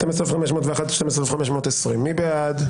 12,441 עד 12,460, מי בעד?